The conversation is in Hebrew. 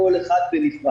כל אחד בנפרד.